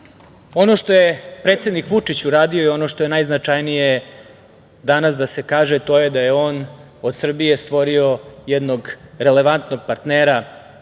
što je predsednik Vučić uradio i ono što je najznačajnije danas da se kaže to je da je on od Srbije stvorio jednog relevantnog partnera